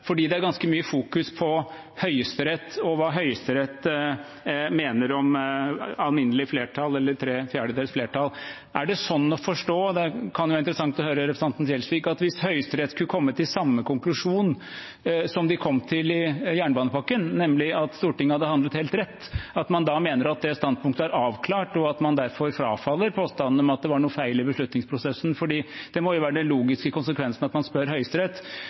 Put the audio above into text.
fordi det er ganske mye fokus på Høyesterett og hva Høyesterett mener om alminnelig flertall eller tre fjerdedels flertall: Er det sånn å forstå – det kan jo være interessant å høre representanten Gjelsvik – at hvis Høyesterett skulle komme til samme konklusjon som de kom til angående jernbanepakken, nemlig at Stortinget hadde handlet helt rett, at man da mener at det standpunktet er avklart, og at man derfor frafaller påstandene om at det var noe feil i beslutningsprosessen? For det må jo være den logiske konsekvensen av at man spør Høyesterett.